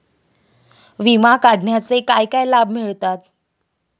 विमा काढण्याचे काय लाभ मिळतात?